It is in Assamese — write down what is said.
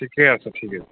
ঠিকেই আছে